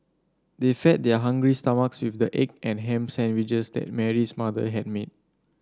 they fed their hungry stomachs with the egg and ham sandwiches that Mary's mother had made